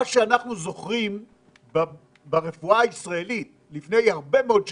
מה שאנחנו זוכרים ברפואה הישראלית לפני הרבה מאוד שנים,